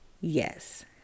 Yes